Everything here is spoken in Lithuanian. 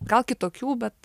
gal kitokių bet